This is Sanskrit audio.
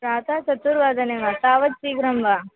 प्रातः चतुर्वादने वा तावत् शीघ्रं वा